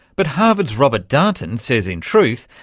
but harvard's robert darnton says, in truth,